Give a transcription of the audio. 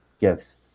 gifts